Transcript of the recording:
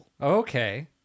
okay